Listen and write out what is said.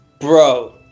bro